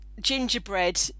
gingerbread